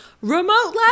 remote